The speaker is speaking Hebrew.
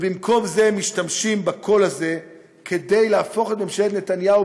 הם משתמשים בקול הזה כדי להפוך את ממשלת נתניהו,